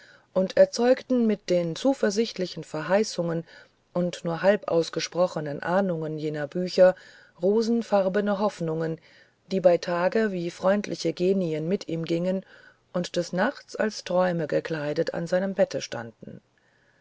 und erzeugten mit den zuversichtlichen verheißungen und nur halb ausgesprochenen ahnungen jener bücher rosen farbene hoffnungen die bei tage wie freundliche genien mit ihm gingen und des nachts als träume gekleidet an seinem bette standen